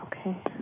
Okay